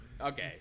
Okay